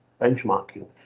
benchmarking